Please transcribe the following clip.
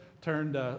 turned